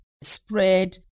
spread